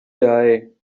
die